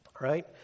right